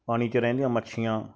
ਪਾਣੀ 'ਚ ਰਹਿੰਦੀਆਂ ਮੱਛੀਆਂ